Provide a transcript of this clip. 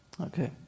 Okay